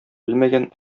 белмәгән